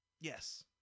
yes